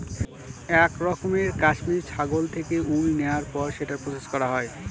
এক রকমের কাশ্মিরী ছাগল থেকে উল নেওয়ার পর সেটা প্রসেস করা হয়